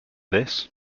this